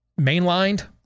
mainlined